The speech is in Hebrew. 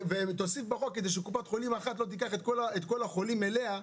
ותוסיף בחוק כדי שקופת חולים אחת לא תיקח את כל החולים אליה,